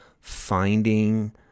finding